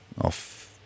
off